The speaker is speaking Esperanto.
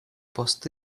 post